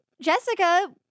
Jessica